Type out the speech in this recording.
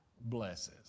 blesses